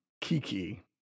Kiki